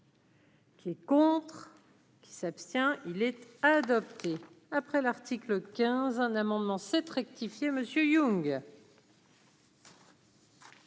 Les contres. Qui s'abstient, il est adopté, après l'article 15 un amendement 7 rectifié Monsieur Young.